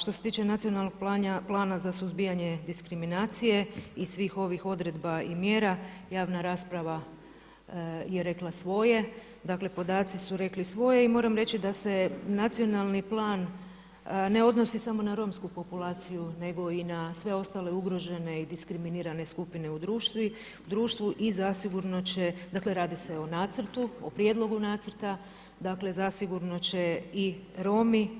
Što se tiče Nacionalnog plana za suzbijanje diskriminacije i svih ovih odredba i mjera, javna rasprava je rekla svoje, dakle podaci su rekli svoje i moram reći da se nacionalni plan ne odnosi samo na romsku populaciju nego i na sve ostale ugrožene i diskriminirane skupine u društvu i zasigurno će, dakle radi se o nacrtu o prijedlogu nacrta, dakle zasigurno će i Romi